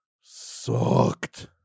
sucked